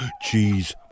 cheese